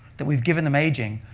that we've given them aging,